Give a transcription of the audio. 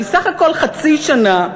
שהיא סך הכול חצי שנה,